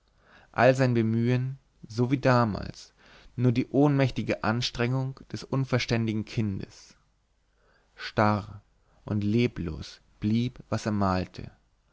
all sein bemühen so wie damals nur die ohnmächtige anstrengung des unverständigen kindes starr und leblos blieb was er malte